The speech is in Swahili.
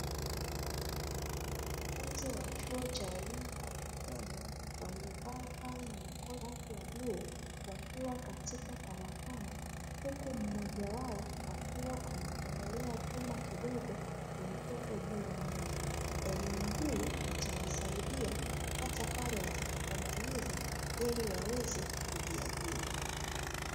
Wanafunzi wa chuo cha elimu kwa vitendo, waliovaa sare ya makoti ya rangi ya bluu, wakiwa katika karakana huku mmoja wao akiwa anachomelea chuma kidogo kilichopo juu ya meza. Elimu hii itawasaidia hata pale watakapomaliza ili waweze kujiajiri.